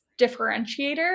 differentiator